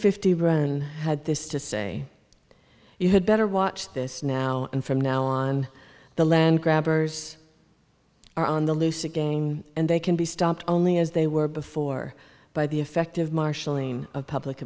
fifty bren had this to say you had better watch this now and from now on the land grabbers are on the loose again and they can be stopped only as they were before by the effective marshalling of public